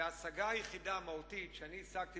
ההשגה היחידה המהותית שאני השגתי,